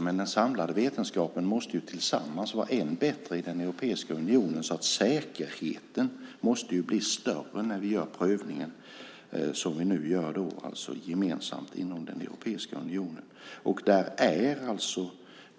men den samlade vetenskapen i Europeiska unionen måste vara än bättre. Säkerheten måste bli större när vi gör prövningen gemensamt inom Europeiska unionen.